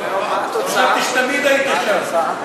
חשבתי שתמיד היית שם.